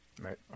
Right